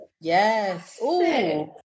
Yes